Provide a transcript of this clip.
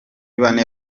bane